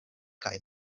kaj